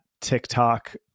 TikTok